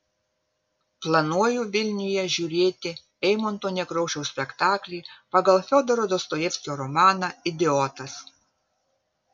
planuoju vilniuje žiūrėti eimunto nekrošiaus spektaklį pagal fiodoro dostojevskio romaną idiotas